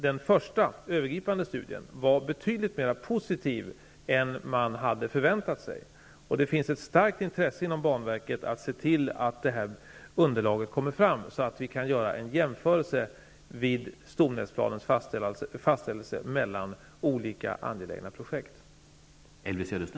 Den första övergripande studien var betydligt mera positiv än vad som hade förväntats. Det finns ett starkt intresse inom banverket att se till att underlaget tas fram så att det går att göra en jämförelse mellan olika angelägna projekt vid fastställandet av stomnätsplanen.